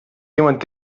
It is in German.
jemand